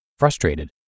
frustrated